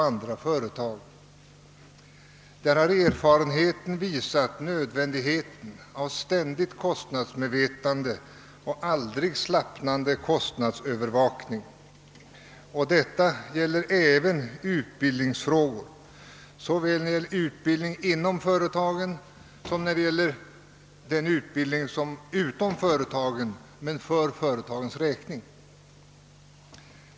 Erfarenheten har visat att det är nödvändigt med ett ständigt kostnadsmedvetande och en aldrig slappnande kostnadsövervakning. Detta gäller även utbildningen — såväl utbildningen inom företagen som den som sker utom företagen men för dessas räkning.